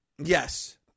Yes